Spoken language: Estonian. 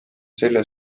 selle